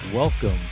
Welcome